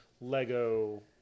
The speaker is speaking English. Lego